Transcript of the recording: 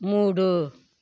మూడు